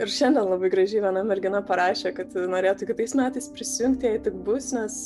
ir šiandien labai gražiai viena mergina parašė kad norėtų kitais metais prisijungti jei tik bus nes